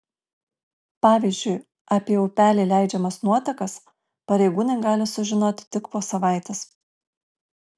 pavyzdžiui apie į upelį leidžiamas nuotekas pareigūnai gali sužinoti tik po savaitės